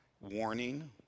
warning